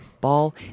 Ball